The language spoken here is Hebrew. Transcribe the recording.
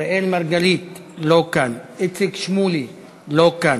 אראל מרגלית, לא כאן, איציק שמולי, לא כאן.